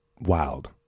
wild